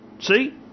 See